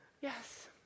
Yes